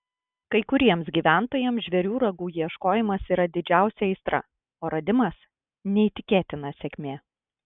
kai kuriems gyventojams žvėrių ragų ieškojimas yra didžiausia aistra o radimas neįtikėtina sėkmė